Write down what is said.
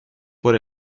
por